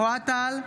אוהד טל,